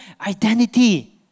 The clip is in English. identity